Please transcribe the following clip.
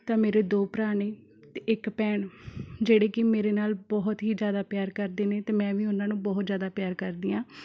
ਤਾਂ ਮੇਰੇ ਦੋ ਭਰਾ ਨੇ ਅਤੇ ਇੱਕ ਭੈਣ ਜਿਹੜੇ ਕਿ ਮੇਰੇ ਨਾਲ ਬਹੁਤ ਹੀ ਜ਼ਿਆਦਾ ਪਿਆਰ ਕਰਦੇ ਨੇ ਅਤੇ ਮੈਂ ਵੀ ਉਹਨਾਂ ਨੂੰ ਬਹੁਤ ਜ਼ਿਆਦਾ ਪਿਆਰ ਕਰਦੀ ਹਾਂ